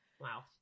Wow